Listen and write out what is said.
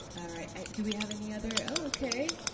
all right, do we have any other? oh, okay.